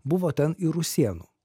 buvo ten ir rusėnų